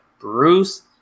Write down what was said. Bruce –